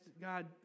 God